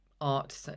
art